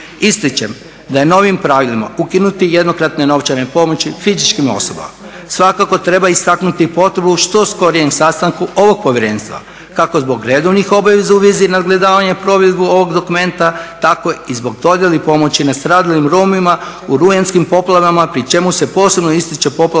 Ističem da je novim pravilima ukinute jednokratne novčane pomoći fizičkim osobama. Svakako treba istaknuti potrebu što skorijem sastanku ovog povjerenstva, kako zbog redovnih obaveza u vezi nadgledavanja provedbe ovog dokumenta tako i zbog dodjele pomoći nastradalim Romima u rujanskim poplavama pri čemu se posebno ističe poplava